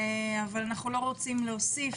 אנחנו לא רוצים להוסיף,